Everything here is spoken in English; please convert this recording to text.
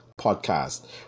podcast